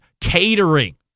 catering